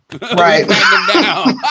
Right